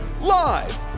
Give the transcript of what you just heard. Live